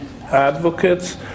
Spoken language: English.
advocates